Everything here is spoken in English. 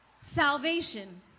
salvation